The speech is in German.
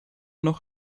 noch